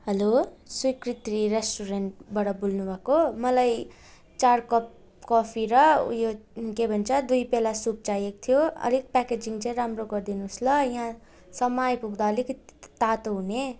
हलो स्वीकृति रेस्टुरेन्टबाट बोल्नुभएको मलाई चार कप कफी र उयो के भन्छ दुई पेला सुप चाहिएको थियो अलिक प्याकेजिङ चाहिँ राम्रो गरिदिनुहोस् ल यहाँसम्म आइपुग्दा अलिकति तातो हुने